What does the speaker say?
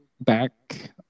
back